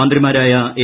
മൂന്ത്രിമാരായ A